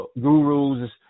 gurus